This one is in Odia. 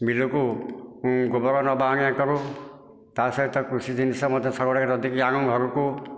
ବିଲକୁ ଗୋବର ନେବା ଆଣିବା କରୁ ତା' ସହିତ କୃଷି ଜିନିଷ ମଧ୍ୟ ଶଗଡ଼ରେ ଲଦିକି ଆଣୁ ଘରକୁ